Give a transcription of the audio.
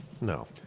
No